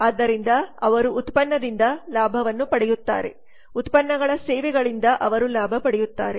ಆದ್ದರಿಂದ ಅವರು ಉತ್ಪನ್ನದಿಂದ ಲಾಭವನ್ನು ಪಡೆಯುತ್ತಾರೆ ಉತ್ಪನ್ನಗಳ ಸೇವೆಗಳಿಂದ ಅವರು ಲಾಭ ಪಡೆಯುತ್ತಾರೆ